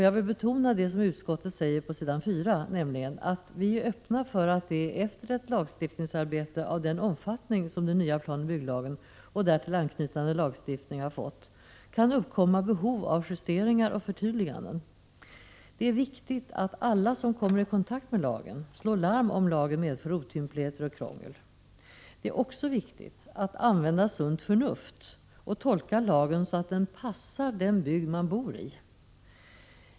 Jag vill betona det som utskottet säger på s. 4, nämligen att utskottet står ”öppet för att det, efter ett lagstiftningsarbete av den omfattning som den nya planoch bygglagen och därtill anknytande lagstiftning har fått, kan uppkomma behov av justeringar och förtydliganden.” Det är viktigt att alla som kommer i kontakt med lagen slår larm om lagen medför otympligheter och krångel. Det är också viktigt att använda sunt förnuft och tolka lagen så att den passar den bygd där man bor.